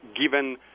given